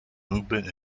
movement